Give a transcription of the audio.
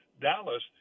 Dallas